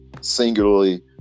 singularly